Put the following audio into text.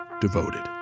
devoted